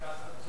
זה קרקס עצוב.